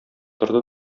торды